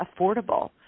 affordable